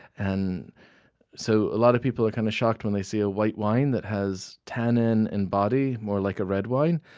and so a lot of people are kind of shocked when they see a white wine that has tannin in body, more like red wine.